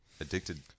addicted